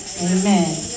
Amen